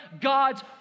God's